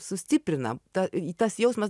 sustiprina ta tas jausmas